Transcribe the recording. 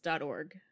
org